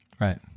Right